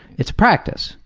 it's a practice,